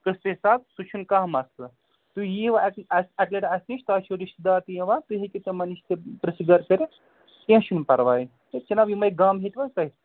قسطٕ حِساب سُہ چھُنہٕ کانٛہہ مسلہٕ تُہۍ یِیو اَسہِ اَکہِ لَٹہٕ اَسہِ نِش تۅہہِ چھُو رِشتہٕ دار تہِ یِوان تُہۍ ہیٚکِو تِمَن نِش تہِ پرٕٛژھ گٲر کَرِتھ کیٚنٛہہ چھُنہٕ پروٲے ہَے جِناب یِمَے غم ہیٚتوا تۅہہِ